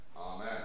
Amen